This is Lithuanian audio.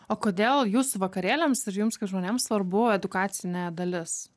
o kodėl jūsų vakarėliams ir jums kad žmonėms svarbu edukacinė dalis